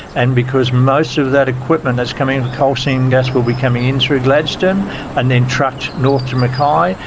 and because most of that equipment that's coming in for coal seam gas will be coming in through gladstone and then trucked north to mackay,